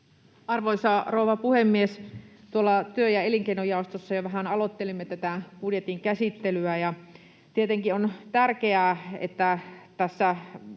Arvoisa rouva puhemies! Työ- ja elinkeinojaostossa jo vähän aloittelimme tätä budjetin käsittelyä, ja tietenkin on tärkeää, että tässä